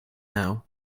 now